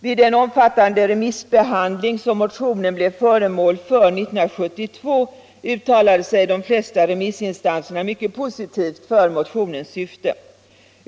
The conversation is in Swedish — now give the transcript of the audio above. Vid den omfattande remissbehandling som motionen blev föremål för 1972 uttalade sig de flesta remissinstanserna mycket positivt för motionens syfte.